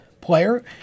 player